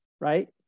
right